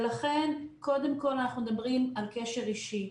ולכן, קודם כול, אנחנו מדברים על קשר אישי.